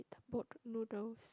boat noodles